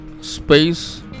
space